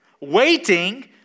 Waiting